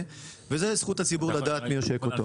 וזה זכות הציבור לדעת מי עושק אותו.